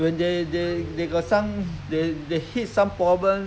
when they they they got some they they hit some problem